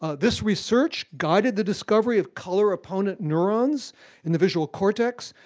ah this research guided the discovery of color opponent neurons in the visual cortex,